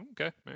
okay